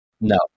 no